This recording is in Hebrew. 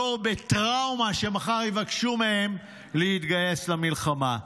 דור בטראומה, שמחר יבקשו מהם להתגייס למלחמה.